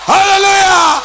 Hallelujah